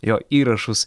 jo įrašus